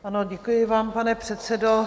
Ano, děkuji vám, pane předsedo.